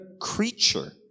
creature